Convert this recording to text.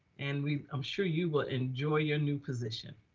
and we i'm sure you will enjoy your new position,